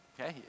Okay